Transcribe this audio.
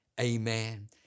Amen